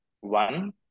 One